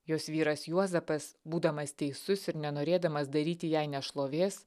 jos vyras juozapas būdamas teisus ir nenorėdamas daryti jai nešlovės